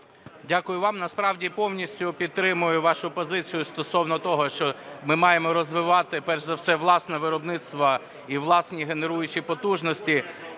Дякую вам. Насправді повністю підтримую вашу позицію стосовно того, що ми маємо розвивати перш за все власне виробництво і власні генеруючі потужності.